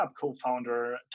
co-founder